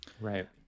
Right